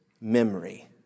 memory